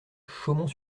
chaumont